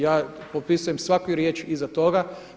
Ja potpisujem svaku riječ iza toga.